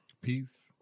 Peace